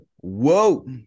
whoa